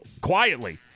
quietly